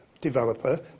developer